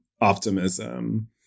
optimism